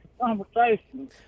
conversation